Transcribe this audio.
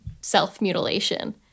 self-mutilation